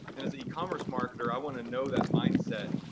and as an e-commerce marketer i want to know that mindset.